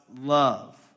love